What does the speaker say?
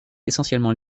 essentiellement